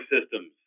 Systems